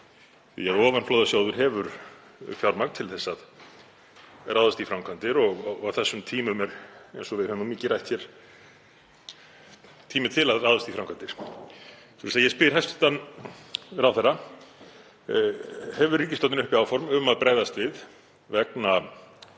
því að ofanflóðasjóður hefur fjármagn til að ráðast í framkvæmdir og á þessum tímum er, eins og við höfum mikið rætt hér, tími til að ráðast í framkvæmdir. Ég spyr hæstv. ráðherra: Hefur ríkisstjórnin uppi áform um að bregðast við vegna